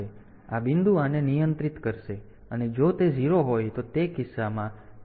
તેથી આ બિંદુ આને નિયંત્રિત કરશે અને જો તે 0 હોય તો તે કિસ્સામાં તે આ રેખા દ્વારા નિયંત્રિત થશે